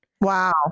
Wow